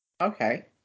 Okay